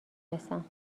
رسم